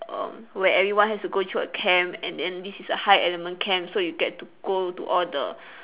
err where everyone has to go through a camp and then this is a high element camp so you get to go to all the